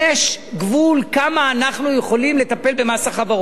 יש גבול כמה אנחנו יכולים לטפל במס החברות.